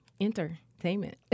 Entertainment